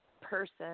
person